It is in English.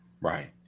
Right